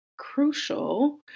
Crucial